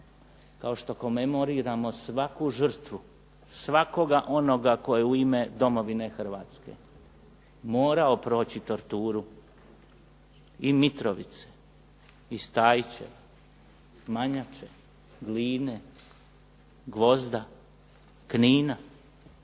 Kao što komemoriramo svaku žrtvu, svakoga onoga tko je u ime domovine Hrvatske morao proći torturu i Mitrovice i Stajiće, Manjače, Gline, Gvozda, Knina,